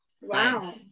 Wow